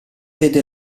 vede